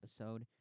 episode